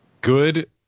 good